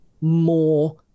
more